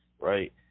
right